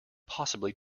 possibly